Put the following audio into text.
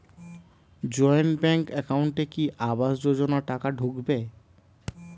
Joint bank একাউন্টে কি আবাস যোজনা টাকা ঢুকবে?